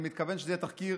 אני מתכוון שזה יהיה תחקיר